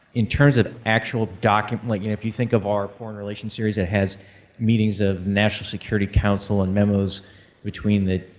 in terms of actual documents, like if you think of our foreign relations series it has meetings of national security council and memos between the